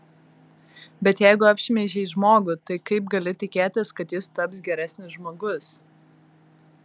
bet jeigu apšmeižei žmogų tai kaip gali tikėtis kad jis taps geresnis žmogus